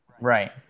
Right